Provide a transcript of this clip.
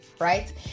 right